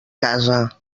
casa